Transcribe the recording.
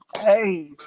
Hey